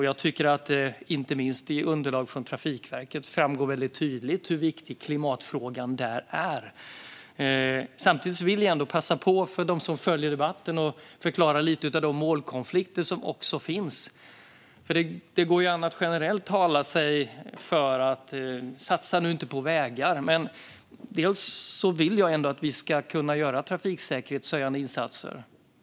Jag tycker att det framgår tydligt inte minst i underlag från Trafikverket hur viktig klimatfrågan där är. För dem som följer debatten vill jag ändå samtidigt passa på att förklara några av de målkonflikter som finns. Det går an att generellt säga att det inte ska satsas på vägar. Men jag vill ändå att vi ska kunna göra trafiksäkerhetshöjande insatser.